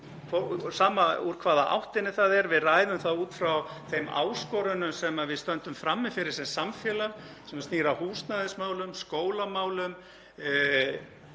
sama úr hvaða átt það er. Við ræðum það út frá þeim áskorunum sem við stöndum frammi fyrir sem samfélag sem snýr að húsnæðismálum, skólamálum